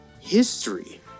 history